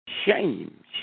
shame